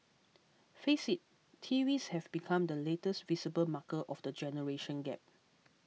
face it T Vs have become the latest visible marker of the generation gap